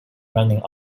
running